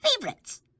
favorites